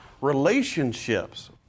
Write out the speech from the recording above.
relationships